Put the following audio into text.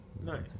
Nice